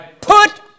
Put